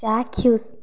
ଚାକ୍ଷୁଷ